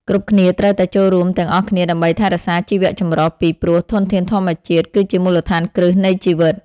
គ្រប់គ្នាត្រូវតែចូលរួមទាំងអស់គ្នាដើម្បីថែរក្សាជីវៈចម្រុះ ពីព្រោះធនធានធម្មជាតិគឺជាមូលដ្ឋានគ្រឹះនៃជីវិត